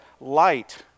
light